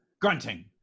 Grunting